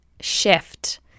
shift